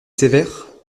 sévère